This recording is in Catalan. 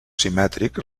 simètric